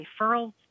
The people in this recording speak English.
referrals